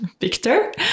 victor